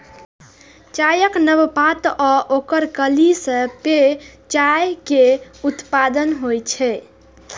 चायक नव पात आ ओकर कली सं पेय चाय केर उत्पादन होइ छै